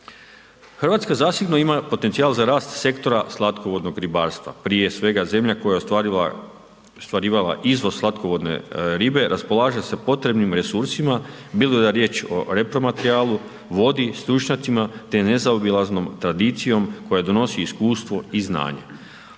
Hrvatska zasigurno ima potencijal za rast sektora slatkovodnog ribarstva, prije svega zemlja koja je ostvarivala izvoz slatkovodne ribe raspolaže sa potrebnim resursima bilo da je riječ o repromaterijalu, vodi, stručnjacima te nazaobilaznom tradicijom koja donosi iskustvo i znanje